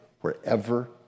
wherever